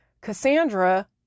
Cassandra